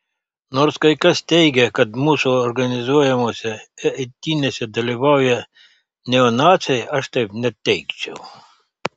nors kai kas teigia kad mūsų organizuojamose eitynėse dalyvauja neonaciai aš taip neteigčiau